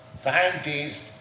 scientists